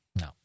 no